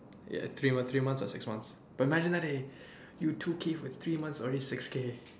ya three month three months or six months but imagine that eh you two K for three months already six K